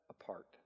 apart